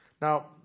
Now